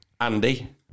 Andy